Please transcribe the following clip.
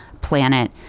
planet